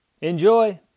Enjoy